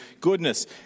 goodness